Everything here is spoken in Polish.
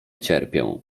cierpią